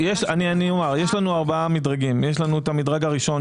לנו ארבעה מדרגים: המדרג הראשון,